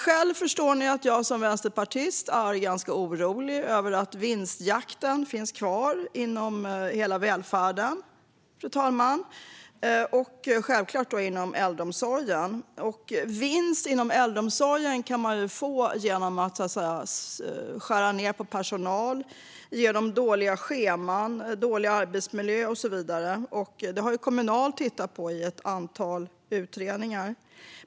Själv är jag som vänsterpartist ganska orolig, som ni förstår, över att vinstjakten finns kvar inom hela välfärden och självklart även inom äldreomsorgen. Vinst inom äldreomsorgen kan man få genom att skära ned bland personalen, ge personalen dåliga scheman och dålig arbetsmiljö och så vidare. Det har Kommunal tittat på i ett antal utredningar.